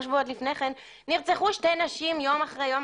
שבועות לפניכן נרצחו שתי נשים יום אחרי איום.